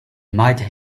might